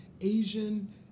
Asian